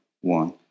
one